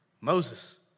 Moses